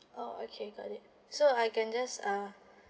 oh okay got it so I can just uh